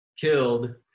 killed